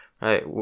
right